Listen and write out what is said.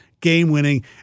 game-winning